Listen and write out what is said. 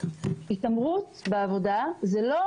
התעמרות בעבודה זה לא